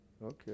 Okay